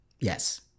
Yes